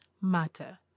matter